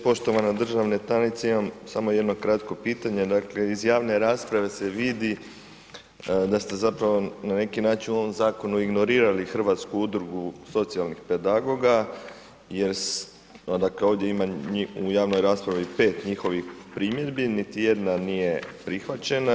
Poštovana državna tajnice imam samo jedno kratko pitanje, dakle iz javne rasprave se vidi da ste zapravo na neki način u ovom zakonu ignorirali Hrvatsku udrugu socijalnih pedagoga, dakle ovdje ima njih u javnoj raspravi 5 njihovih primjedbi, niti jedna nije prihvaćena.